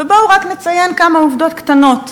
בואו רק נציין כמה עובדות קטנות,